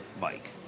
Mike